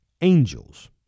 angels